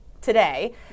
today